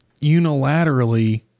unilaterally